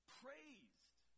praised